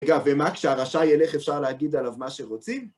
רגע, ומה כשהרשע ילך אפשר להגיד עליו מה שרוצים?